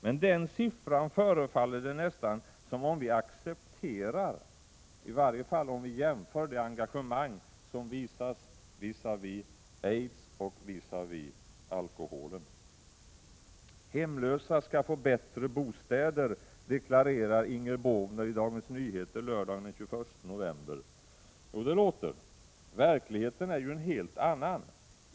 Men den siffran förefaller det som om vi accepterar, i varje fall om vi jämför det engagemang som visas gentemot aids och gentemot alkoholen. Hemlösa skall få bra bostäder, deklarerar Inger Båvner i DN lördagen den 21 november. Jo, det låter. Verkligheten är en helt annan.